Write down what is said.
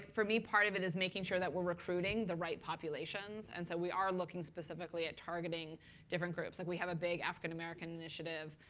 for me, part of it is making sure that we're recruiting the right populations. and so we are looking specifically at targeting different groups. and we have a big african-american initiative.